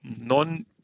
non